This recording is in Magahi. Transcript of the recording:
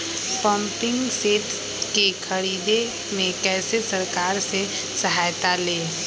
पम्पिंग सेट के ख़रीदे मे कैसे सरकार से सहायता ले?